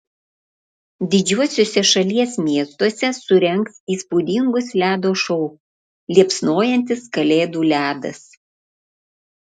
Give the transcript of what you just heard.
didžiuosiuose šalies miestuose surengs įspūdingus ledo šou liepsnojantis kalėdų ledas